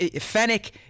Fennec